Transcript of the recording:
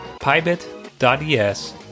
pybit.es